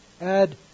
add